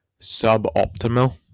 suboptimal